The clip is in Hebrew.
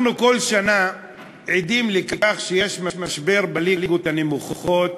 כל שנה אנחנו עדים לכך שיש משבר בליגות הנמוכות